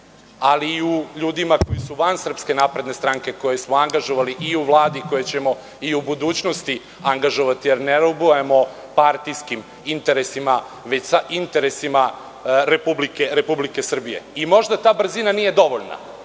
ali i u ljudima koji su van SNS, koje smo angažovali i u Vladi i koje ćemo i u budućnosti angažovati, jer ne robujemo partijskim interesima, već sa interesima Republike Srbije. Možda ta brzina nije dovoljna,